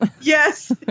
Yes